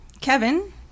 Kevin